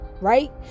Right